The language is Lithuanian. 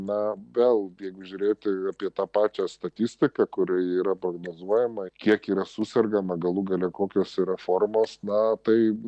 na vėl jeigu žiūrėti apie tą pačią statistiką kuri yra prognozuojama kiek yra susergama galų gale kokios yra formos na tai